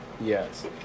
Yes